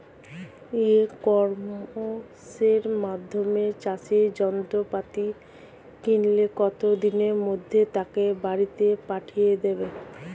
ই কমার্সের মাধ্যমে চাষের যন্ত্রপাতি কিনলে কত দিনের মধ্যে তাকে বাড়ীতে পাঠিয়ে দেবে?